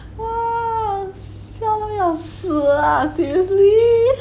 笑到要死啊 seriously